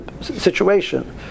situation